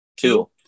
two